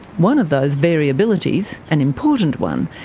one of those variabilities, an important one,